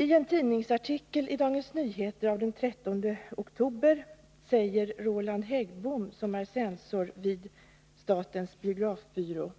I en tidningsartikel i Dagens Nyheter av den 13 oktober säger Roland Häggbom, som är censor vid statens biografbyrå: